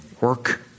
work